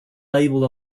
labelled